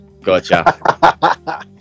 Gotcha